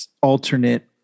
alternate